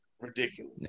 Ridiculous